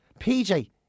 PJ